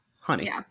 honey